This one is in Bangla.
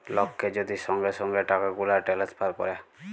লককে যদি সঙ্গে সঙ্গে টাকাগুলা টেলেসফার ক্যরে